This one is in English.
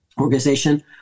organization